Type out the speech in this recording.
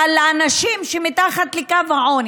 אבל לאנשים שמתחת לקו העוני,